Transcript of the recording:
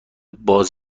باز